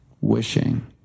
wishing